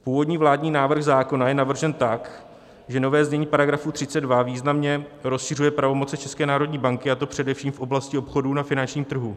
Původní vládní návrh zákona je navržen tak, že nové znění § 32 významně rozšiřuje pravomoce České národní banky, a to především v oblasti obchodu na finančním trhu.